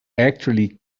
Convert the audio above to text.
actually